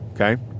okay